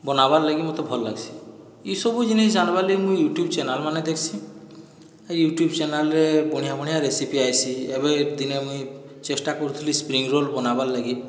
ବନାବାର ଲାଗି ମୋତେ ଭଲ ଲାଗ୍ସି ଇସବୁ ଜିନିଷ ଜାଣ୍ବାର୍ ଲାଗି ମୁଇଁ ୟୁଟ୍ୟୁବ ଚେନାଲ ମାନେ ଦେଖ୍ସି ଏହି ୟୁଟୁବ ଚେନାଲରେ ବଢ଼ିଆଁ ବଢ଼ିଆଁ ରେସିପି ଆଇସି ଏବେ ଦିନେ ମୁଇଁ ଚେଷ୍ଟା କରୁଥିଲି ସ୍ପ୍ରିଙ୍ଗ ରୋଲ ବନାବାର ଲାଗି